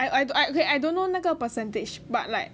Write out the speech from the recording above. I I I okay I don't know 那个 percentage but like